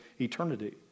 eternity